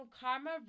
karma